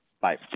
Bye